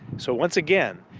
so once again,